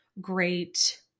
great